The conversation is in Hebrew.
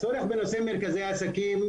המטרה של מרכזי העסקים